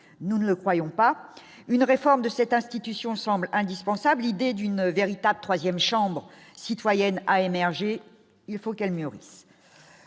nous ne croyons pas une réforme de cette institution semble indispensable, l'idée d'une véritable 3ème chambre citoyenne à émerger, il faut qu'elle mûrisse